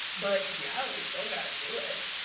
but, yeah, we still got to do it.